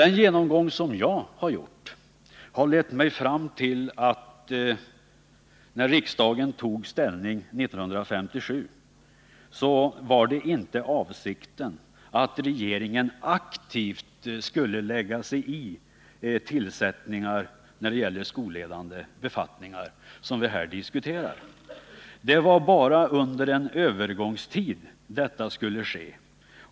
Den genomgång som jag har gjort har lett mig fram till följande slutsats: När riksdagen 1957 tog ställning var inte avsikten att regeringen aktivt skulle lägga sig i tillsättningar när det gäller skolledande befattningar, som vi här diskuterar. Det var bara under en övergångstid som detta skulle ske.